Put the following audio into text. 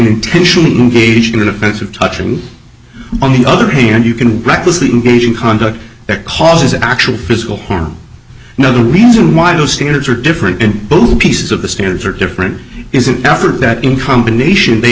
intentionally gauging the defensive touching on the other hand you can recklessly engage in conduct that causes actual physical harm another reason why no standards are different and both pieces of the standards are different is an effort that in combination they